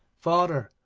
father,